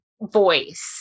voice